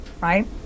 right